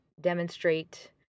demonstrate